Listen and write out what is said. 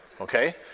okay